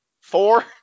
four